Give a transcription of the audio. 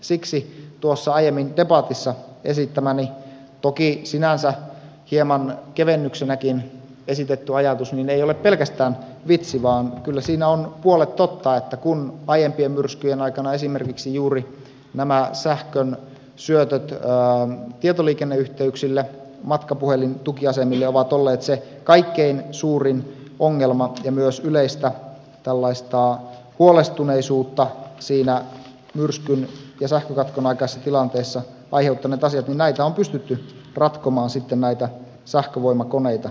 siksi tuossa aiemmin debatissa esittämäni toki sinänsä hieman kevennyksenäkin esitetty ajatus ei ole pelkästään vitsi vaan kyllä siinä on puolet totta että kun aiempien myrskyjen aikana esimerkiksi juuri nämä sähkönsyötöt tietoliikenneyhteyksille matkapuhelintukiasemille ovat olleet se kaikkein suurin ongelma ja myös yleistä huolestuneisuutta siinä myrskyn ja sähkökatkon aikaisessa tilanteessa aiheuttaneet niin näitä on pystytty ratkomaan näitä sähkövoimakoneita hankkimalla